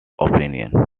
opinion